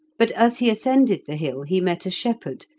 but as he ascended the hill he met a shepherd,